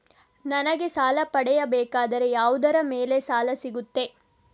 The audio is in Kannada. ನನಗೆ ಸಾಲ ಪಡೆಯಬೇಕಾದರೆ ಯಾವುದರ ಮೇಲೆ ಸಾಲ ಸಿಗುತ್ತೆ?